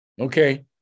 Okay